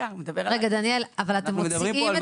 אבל בדיוק,